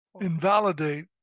invalidate